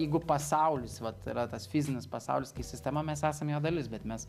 jeigu pasaulis vat yra tas fizinis pasaulis kai sistema mes esam jo dalis bet mes